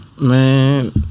Man